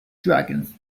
dragons